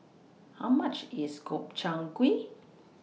How much IS Gobchang Gui